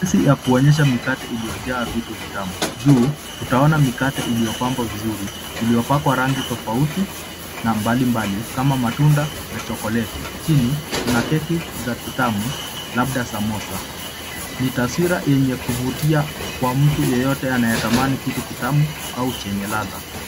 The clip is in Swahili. Nafasi ya kuonyesha mikate iliyojaa vitu vitamu. Juu, utaona mikate iliyopambwa vizuri. Iliyopakwa rangi tofauti na mbalimbali, kama matunda na chokoleti. Chini, kuna keki za kitamu, labda samosa. Ni taswira yenye kuvutia kwa mtu yeyote anayetamani kitu kitamu au chenye ladha.